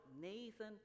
Nathan